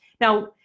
Now